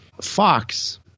Fox